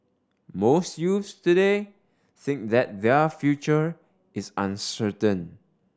most youths today think that their future is uncertain